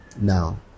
Now